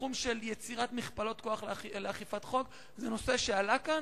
בתחום של יצירת מכפלות כוח לאכיפת חוק הוא נושא שעלה כאן,